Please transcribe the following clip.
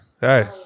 hey